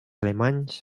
alemanys